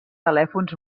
telèfons